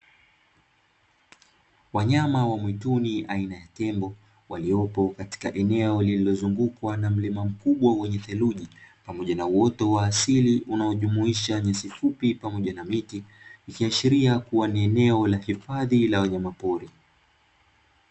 Wanyama wa mwituni aina ya tembo waliopo katika eneo lililozungukwa na mlima mkubwa wenye theluji pamoja na uoto wa asili unaojumuisha nyasi fupi pamoja na miti, ikiashiria kuwa ni eneo la hifadhi ya wanyamapori.